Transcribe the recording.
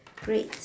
great